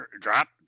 drop